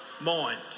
mind